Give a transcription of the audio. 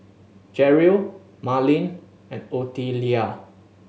Jerrell Marleen and Ottilia